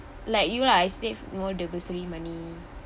like you lah I saved all the bursary money